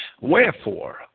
Wherefore